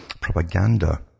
propaganda